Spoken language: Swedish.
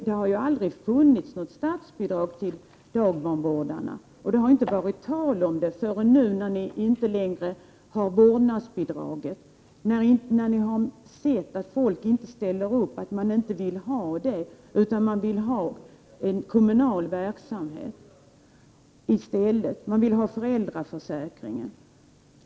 Det har aldrig funnits något statsbidrag till dagbarnvårdares egna barn, och det har inte varit tal om det förrän nu, när ni inte längre får igenom vårdnadsbidraget och när ni sett att folk inte ställer upp på det, utan vill ha en kommunal barnomsorg i stället och vill ha föräldraförsäkringen.